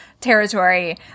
territory